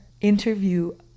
interview